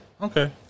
Okay